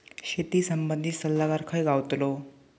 शेती संबंधित सल्लागार खय गावतलो?